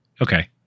okay